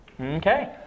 Okay